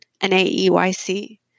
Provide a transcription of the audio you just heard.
N-A-E-Y-C